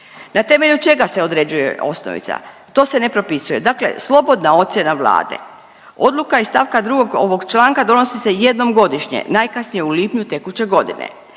Na temelju čega se određuje osnovica? To se ne propisuje, dakle slobodna ocjena Vlade. Odluka iz st. 2. ovog članka donosi se jednom godišnje, najkasnije u lipnju tekuće godine.